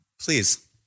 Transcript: Please